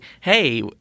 hey